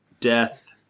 death